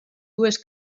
dues